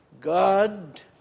God